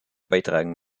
beitragen